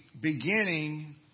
beginning